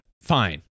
Fine